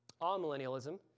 All-millennialism